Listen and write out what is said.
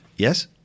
Yes